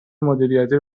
مدیریتی